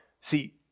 see